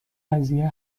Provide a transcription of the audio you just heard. قضیه